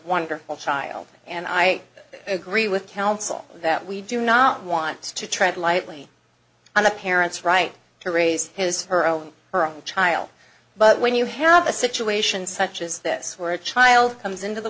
wonderful child and i agree with counsel that we do not want to tread lightly on the parent's right to raise his her own her own child but when you have a situation such as this were a child comes into the